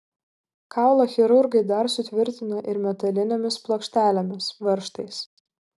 kaulą chirurgai dar sutvirtino ir metalinėmis plokštelėmis varžtais